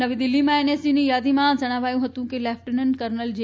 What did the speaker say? નવી દિલ્હીમાં એનએસજીની યાદીમાં જણાવ્યું હતું કે લેફટનંટ કર્નલ જે